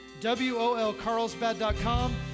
wolcarlsbad.com